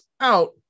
out